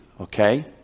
Okay